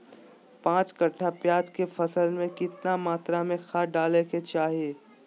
पांच कट्ठा प्याज के फसल में कितना मात्रा में खाद डाले के चाही?